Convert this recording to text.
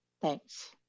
Thanks